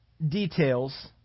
details